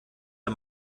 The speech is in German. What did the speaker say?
der